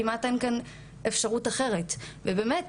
כמעט אין כאן אפשרות אחרת ובאמת,